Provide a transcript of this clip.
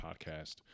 podcast